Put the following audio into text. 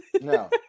No